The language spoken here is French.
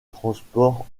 transport